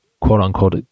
quote-unquote